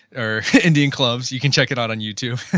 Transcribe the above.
or indian clubs, you can check it on on youtube,